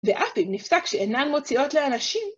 ואף אם נפתח שאינן מוציאות לאנשים.